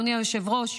אדוני היושב-ראש,